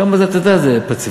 שם, אתה יודע, זה פציפיזם,